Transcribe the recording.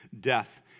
death